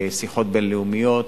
שיחות בין-לאומיות,